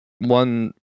one